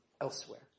elsewhere